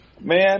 Man